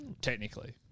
technically